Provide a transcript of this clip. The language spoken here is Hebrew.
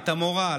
את המורל,